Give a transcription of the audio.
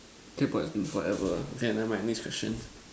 Kay but forever okay never mind next question